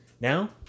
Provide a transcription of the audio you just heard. Now